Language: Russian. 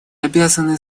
обязаны